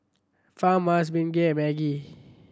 Farmhouse Bengay and Maggi